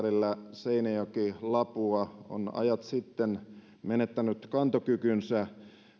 seinäjoki lapua on ajat sitten menettänyt kantokykynsä